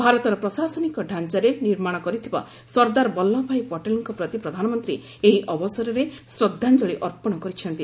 ଭାରତର ପ୍ରଶାସନିକ ଡ଼ାଞାରେ ନିର୍ମାଣ କରିଥିବା ସର୍ଦ୍ଦାର ବଲ୍ଲୁଭ ଭାଇ ପଟେଲଙ୍କ ପ୍ରତି ପ୍ରଧାନମନ୍ତ୍ରୀ ଏହି ଅବସରରେ ଶ୍ରଦ୍ଧାଞ୍ଜଳି ଅର୍ପଣ କରିଛନ୍ତି